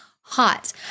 hot